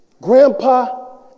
Grandpa